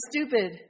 stupid